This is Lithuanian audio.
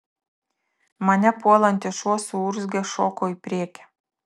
mane puolantis šuo suurzgęs šoko į priekį